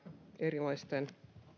erilaisten